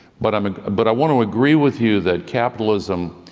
but um but i want to agree with you that capitalism,